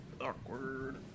Awkward